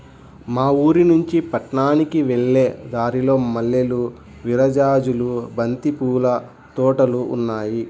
మా ఊరినుంచి పట్నానికి వెళ్ళే దారిలో మల్లెలు, విరజాజులు, బంతి పూల తోటలు ఉన్నాయ్